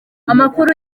amakuru